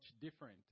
different